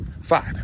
five